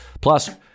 Plus